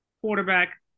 quarterback